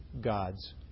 God's